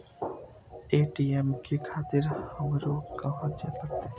ATM ले खातिर हमरो कहाँ जाए परतें?